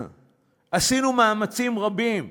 עשינו מאמצים רבים,